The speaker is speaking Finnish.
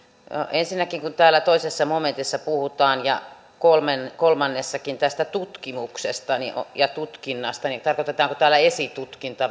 ensinnäkin kun täällä toisessa momentissa puhutaan ja kolmannen momentissakin tästä tutkimuksesta ja tutkinnasta niin tarkoitetaanko tällä esitutkintaa